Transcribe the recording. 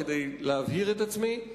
כדי להבהיר את עצמי,